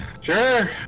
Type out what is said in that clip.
Sure